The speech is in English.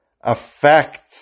affect